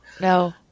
No